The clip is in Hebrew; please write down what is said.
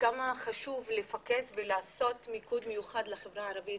כמה חשוב לפקס ולעשות מיקוד מיוחד לחברה הערבית.